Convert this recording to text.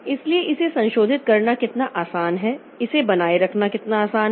इसलिए इसे संशोधित करना कितना आसान है इसे बनाए रखना कितना आसान है